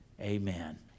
Amen